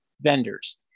vendors